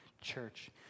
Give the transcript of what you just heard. church